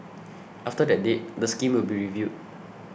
after that date the scheme will be reviewed